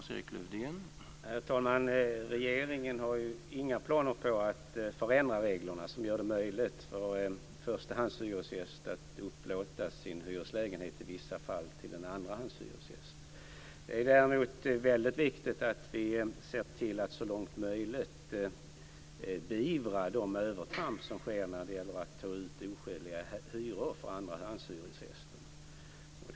Herr talman! Regeringen har inga planer på att förändra de regler som gör det möjligt för en förstahandshyresgäst att upplåta sin hyreslägenhet i vissa fall till en andrahandshyresgäst. Det är däremot väldigt viktigt att vi ser till att så långt som möjligt beivra de övertramp som sker när det gäller att ta ut oskäliga hyror för andrahandshyresgäster.